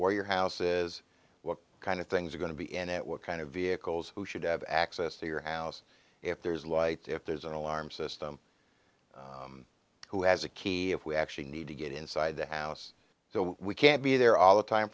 where your house is what kind of things are going to be any what kind of vehicles who should have access to your house if there's lights if there's an alarm system who has a key if we actually need to get inside the house so we can't be there all the time